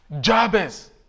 Jabez